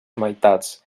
meitats